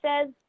says